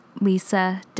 Lisa